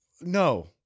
No